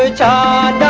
ah da